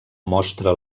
mostra